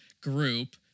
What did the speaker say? group—